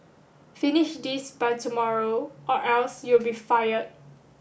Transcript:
finish this by tomorrow or else you'll be fired